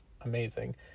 amazing